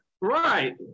Right